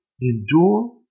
endure